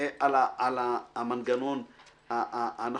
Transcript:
על המנגנון הנכון.